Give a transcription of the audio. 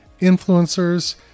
influencers